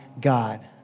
God